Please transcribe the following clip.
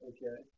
Okay